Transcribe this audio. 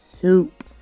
Soup